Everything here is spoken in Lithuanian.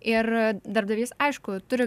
ir darbdavys aišku turi